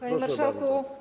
Panie Marszałku!